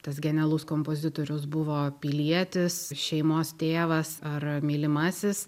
tas genialus kompozitorius buvo pilietis šeimos tėvas ar mylimasis